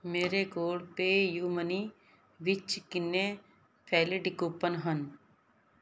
ਮੇਰੇ ਕੋਲ PayU money ਵਿੱਚ ਕਿੰਨੇ ਵੈਲਿਡ ਕੂਪਨ ਹਨ